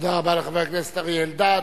תודה רבה לחבר הכנסת אריה אלדד.